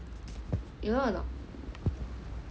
you know or not